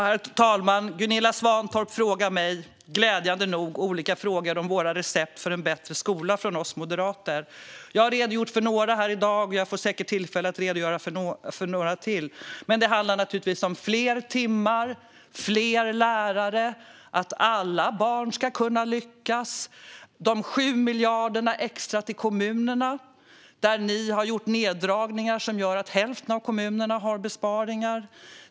Herr talman! Gunilla Svantorp ställde glädjande nog olika frågor till mig om Moderaternas recept för en bättre skola. Jag har redogjort för några här i dag, och jag får säkert tillfälle att redogöra för några till. Det handlar naturligtvis om fler timmar, om fler lärare, om att alla barn ska kunna lyckas och om de 7 miljarderna extra till kommunerna. Där har ni, Gunilla Svantorp, gjort neddragningar som gör att hälften av kommunerna har besparingar.